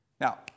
Now